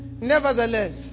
Nevertheless